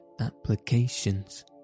applications